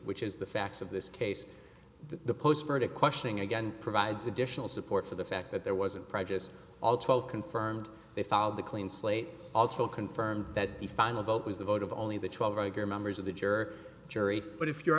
which is the facts of this case that the post verdict questioning again provides additional support for the fact that there wasn't projects all twelve confirmed they followed the clean slate also confirmed that the final vote was the vote of only the twelve regular members of the juror jury but if you're